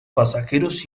pasajeros